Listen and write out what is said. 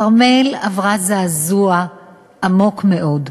כרמל עברה זעזוע עמוק מאוד.